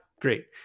Great